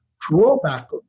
drawback